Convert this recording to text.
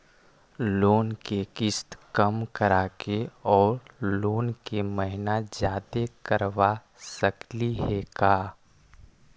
Loan के किस्त कम कराके औ लोन के महिना जादे करबा सकली हे का?